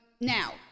now